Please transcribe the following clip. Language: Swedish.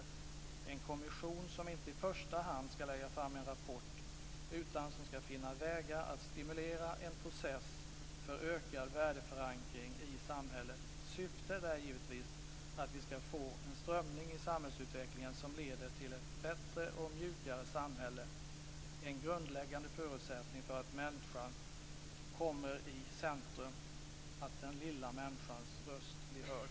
Det skall vara en kommission som inte i första hand skall lägga fram en rapport utan som skall finna vägar att stimulera en process för ökad värdeförankring i samhället. Syftet är givetvis att vi skall få en strömning i samhällsutvecklingen som leder till ett bättre och mjukare samhälle. Det är en grundläggande förutsättning för att människan kommer i centrum, dvs. att den lilla människans röst blir hörd.